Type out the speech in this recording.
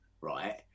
right